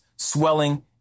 swelling